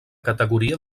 categoria